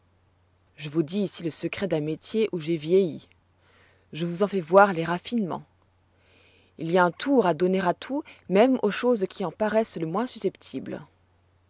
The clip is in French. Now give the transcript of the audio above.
je vous dis ici le secret d'un métier où j'ai vieilli je vous en fais voir les raffinements il y a un tour à donner à tout même aux choses qui en paroissent les moins susceptibles